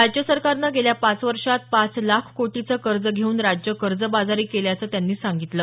राज्य सरकारनं गेल्या पाच वर्षांत पाच लाख कोटीचे कर्ज घेऊन राज्य कर्जबाजारी केल्याचं त्यांनी सांगितलं